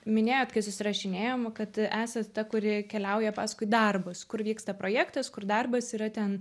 minėjot kai susirašinėjom kad esat ta kuri keliauja paskui darbus kur vyksta projektas kur darbas yra ten